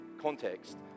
context